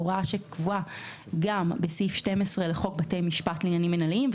זאת הוראה שקבועה גם בסעיף 12 לחוק בתי משפט לעניינים מינהליים,